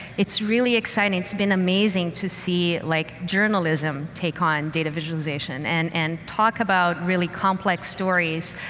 it's really exciting. it's been amazing to see like journalism take on data visualization and and talk about really complex stories.